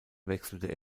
wechselte